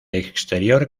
exterior